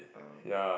oh